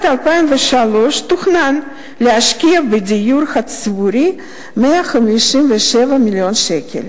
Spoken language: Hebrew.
2003 תוכנן להשקיע בדיור הציבורי 157 מיליון שקל.